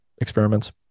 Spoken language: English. experiments